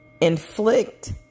inflict